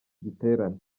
giterane